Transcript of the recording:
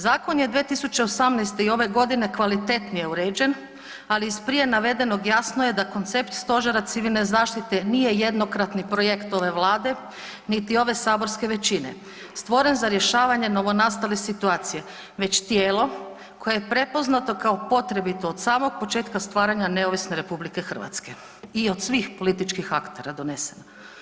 Zakon je 2018. i ove godine kvalitetnije uređen, ali iz prije navedenog jasno je da koncept Stožera civilne zaštite nije jednokratni projekt ove Vlade, niti ove saborske većine stvoren za rješavanje novonastale situacije, već tijelo koje je prepoznato kao potrebito od samog početka stvaranja neovisne Republike Hrvatske i od svih političkih aktera donesen.